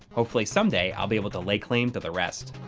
hopefully someday i'll be able to lay claim to the rest.